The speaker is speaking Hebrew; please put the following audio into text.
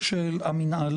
של המנהל